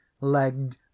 Leg